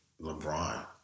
LeBron